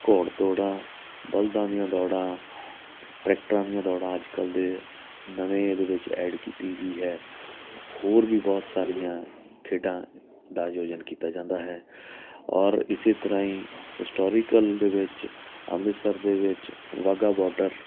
ਘੋੜ ਦੌੜਾਂ ਬਲਦਾਂ ਦੀਆਂ ਦੌੜਾਂ ਟਰੈਕਟਰਾਂ ਦੀਆਂ ਦੌੜਾਂ ਅੱਜ ਕੱਲ੍ਹ ਦੇ ਨਵੇਂ ਇਹਦੇ ਵਿੱਚ ਐਡ ਕੀਤੀ ਗਈ ਹੈ ਹੋਰ ਵੀ ਬਹੁਤ ਸਾਰੀਆਂ ਖੇਡਾਂ ਦਾ ਆਯੋਜਨ ਕੀਤਾ ਜਾਂਦਾ ਹੈ ਔਰ ਇਸ ਤਰ੍ਹਾਂ ਹੀ ਹਿਸਟੋਰੀਕਲ ਦੇ ਵਿੱਚ ਅੰਮ੍ਰਿਤਸਰ ਦੇ ਵਿੱਚ ਵਾਹਗਾ ਬਾਰਡਰ